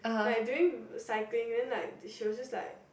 like during cycling then like she were just like